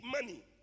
money